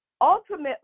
Ultimately